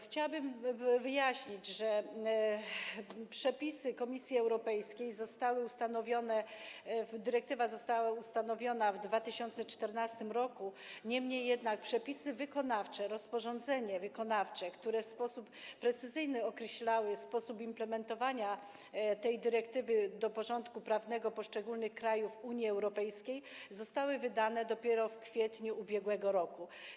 Chciałbym wyjaśnić, że te przepisy Komisji Europejskiej, ta dyrektywa została ustanowiona w 2014 r., niemniej jednak przepisy wykonawcze, rozporządzenia wykonawczego, które w sposób precyzyjny określały sposób implementowania tej dyrektywy do porządków prawnych poszczególnych krajów Unii Europejskiej, zostały wydane dopiero w kwietniu ubiegłego roku.